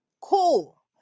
cool